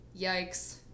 yikes